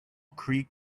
creek